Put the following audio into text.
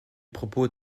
propos